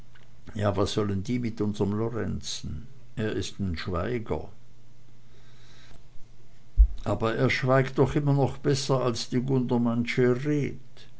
ja was sollen die mit unserm lorenzen er ist ein schweiger aber er schweigt doch immer noch besser als die